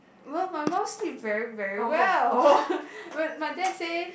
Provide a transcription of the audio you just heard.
even my mum sleep very very well my my dad say